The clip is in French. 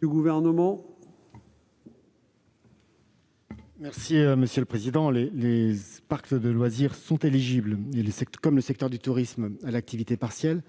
du Gouvernement ? Les parcs de loisirs sont éligibles, comme le secteur du tourisme, à l'activité partielle,